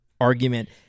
argument